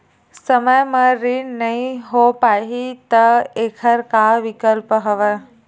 समय म ऋण नइ हो पाहि त एखर का विकल्प हवय?